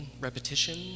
repetition